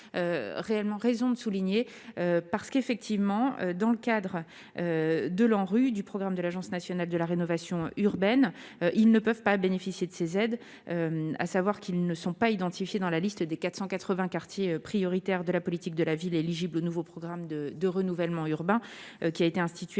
réellement raison de souligner parce qu'effectivement, dans le cadre de l'ANRU du programme de l'Agence nationale de la rénovation urbaine, ils ne peuvent pas bénéficier de ces aides, à savoir qu'ils ne sont pas identifiés dans la liste des 480 quartiers prioritaires de la politique de la ville, éligibles au nouveau programme de de renouvellement urbain, qui a été institué